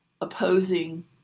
opposing